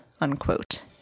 unquote